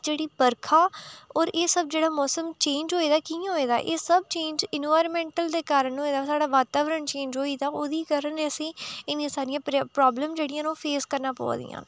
जेह्ड़ी बरखा होर एह् सब जेह्ड़ा मौसम चेंज़ होया एह् कि'यां होऐ दा एह् सब चेंज़ एनवायरमेंटल दे कारण होऐ दा साढ़ा बाताबरन चेंज़ होई दा ओह्दी कारण असें ई इ'न्नी सारियां प्रॉब्लम जेह्ड़ियां न ओह् फेस करना पोआ दियां